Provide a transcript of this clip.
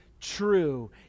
true